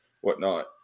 whatnot